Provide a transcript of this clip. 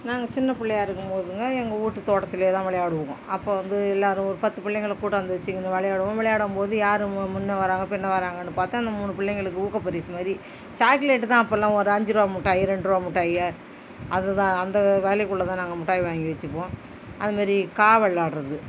நாங்கள் சின்ன பிள்ளயா இருக்கும் போதுங்க எங்கள் வீட்டு தோட்டத்தில்தான் விளையாடுவோம் அப்போவந்து எல்லாரும் ஒரு பத்து பிள்ளைங்கள கூட்டாந்து வச்சிகின்னு விளையாடுவோம் விளையாடும் போது யார் முன்னே வராங்கள் பின்னே வராங்கன்னு பார்த்து அந்த மூணு பிள்ளைங்களுக்கு ஊக்க பரிசு மாரி சாக்லேட் தான் அப்போலாம் ஒரு அஞ்சிருபா மிட்டாயி ரெண்டுரூபா மிட்டாயி அது தான் அந்த விலைக்குள்ளதான் நாங்க மிட்டாய் வாங்கி வச்சிப்போம் அது மாதிரி காவல் ஆடுறது